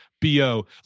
BO